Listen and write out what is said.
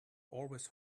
always